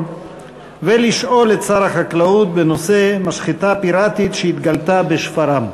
ולשאול את שר החקלאות בנושא: משחטה פיראטית בשפרעם.